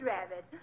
Rabbit